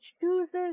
chooses